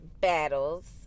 battles